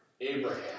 Abraham